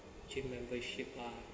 gym membership lah